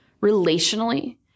Relationally